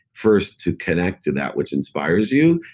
first, to connect to that which inspires you,